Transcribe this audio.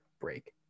break